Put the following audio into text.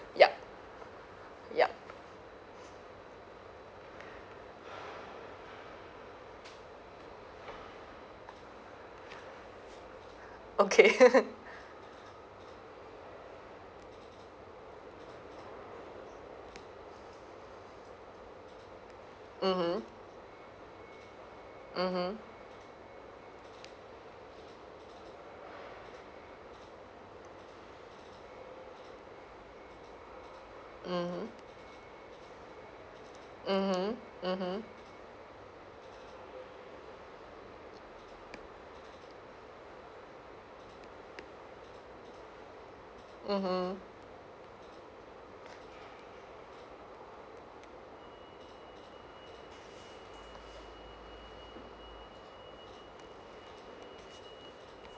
yup yup okay mmhmm mmhmm mmhmm mmhmm mmhmm mmhmm